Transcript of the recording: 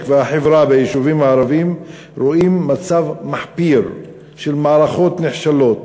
והחברה ביישובים הערביים רואים מצב מחפיר של מערכות נחשלות,